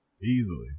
easily